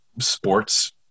sports